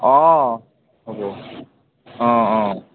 অ অ অ